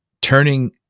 turning